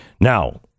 Now